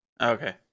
Okay